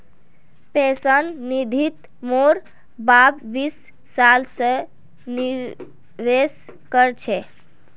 pension निधित मोर बाप बीस साल स निवेश कर छ